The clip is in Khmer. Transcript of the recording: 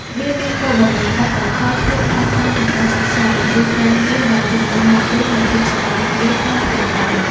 វាមានគោលបំណងកាត់បន្ថយភាពតានតឹងពីការសិក្សា ឬការងារ ដោយជំនួសមកវិញនូវភាពសប្បាយរីករាយក្នុងផ្ទះបាយ។